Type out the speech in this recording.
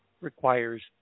requires